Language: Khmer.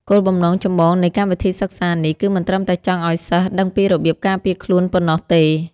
គោលបំណងចម្បងនៃកម្មវិធីសិក្សានេះ គឺមិនត្រឹមតែចង់ឱ្យសិស្សដឹងពីរបៀបការពារខ្លួនប៉ុណ្ណោះទេ។